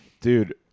Dude